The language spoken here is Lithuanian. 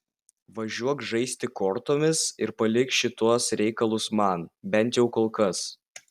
važiuok žaisti kortomis ir palik šituos reikalus man bent jau kol kas